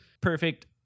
perfect